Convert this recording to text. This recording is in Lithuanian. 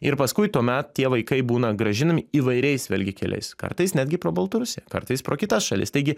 ir paskui tuomet tie vaikai būna grąžinami įvairiais vėlgi keliais kartais netgi pro baltarusiją kartais pro kitas šalis taigi